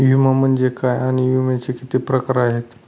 विमा म्हणजे काय आणि विम्याचे किती प्रकार आहेत?